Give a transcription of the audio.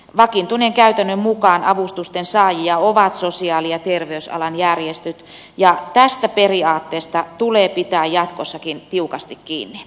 vakiintuneen käytännön mukaan avustusten saajia ovat sosiaali ja terveysalan järjestöt ja tästä periaatteesta tulee pitää jatkossakin tiukasti kiinni